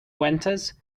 winters